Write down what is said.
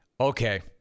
Okay